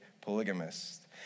polygamist